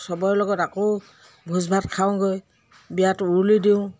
চবৰে লগত আকৌ ভোজ ভাত খাওঁগৈ বিয়াত উৰুলি দিওঁ